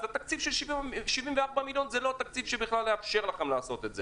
אז תקציב של 74 מיליון זה לא תקציב שבכלל יאפשר לכם לעשות את זה.